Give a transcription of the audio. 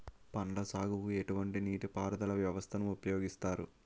పండ్ల సాగుకు ఎటువంటి నీటి పారుదల వ్యవస్థను ఉపయోగిస్తారు?